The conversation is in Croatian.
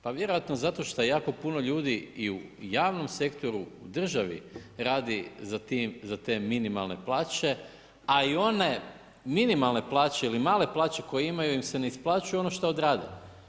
Pa vjerojatno zato što jako puno ljudi i u javnom sektoru, u državi radi za te minimalne plaće, a i one minimalne plaće ili male plaće koje imaju im se ne isplaćuju ono što odrade.